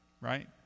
right